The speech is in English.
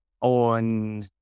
on